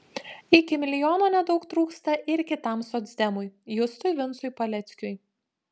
iki milijono nedaug trūksta ir kitam socdemui justui vincui paleckiui